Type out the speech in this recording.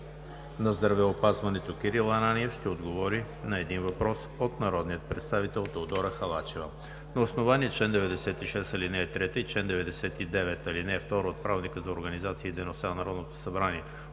на здравеопазването Кирил Ананиев ще отговори на един въпрос от народния представител Теодора Халачева. На основание чл. 96, ал. 3 и чл. 99, ал. 2 от Правилника за организацията и дейността на Народното събрание